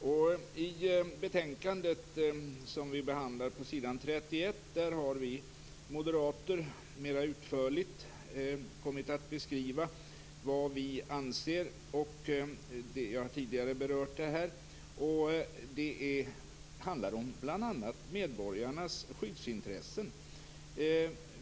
I betänkandet på s. 31 har vi moderater mera utförligt kommit att beskriva vad vi anser. Jag har tidigare berört detta. Det handlar bl.a. om medborgarnas skyddsintressen.